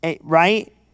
right